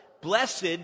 blessed